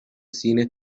cine